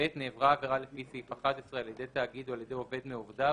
(ב)נעברה עבירה לפי סעיף 11 על ידי תאגיד או על ידי עובד מעובדיו,